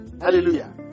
Hallelujah